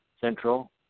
Central